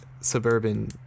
suburban